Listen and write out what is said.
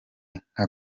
nka